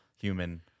human